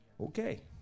Okay